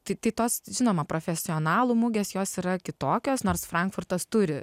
tai tai tos žinoma profesionalų mugės jos yra kitokios nors frankfurtas turi